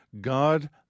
God